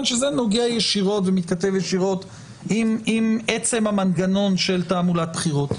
שזה נוגע ישירות ומתכתב ישירות עם עצם המנגנון של תעמולת בחירות.